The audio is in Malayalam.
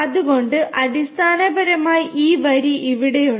അതിനാൽ അടിസ്ഥാനപരമായി ഈ വരി ഇവിടെയുണ്ട്